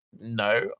no